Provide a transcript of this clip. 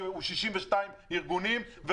שכולל 62 ארגונים,